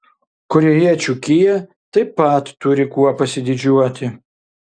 korėjiečių kia taip pat turi kuo pasididžiuoti